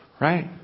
Right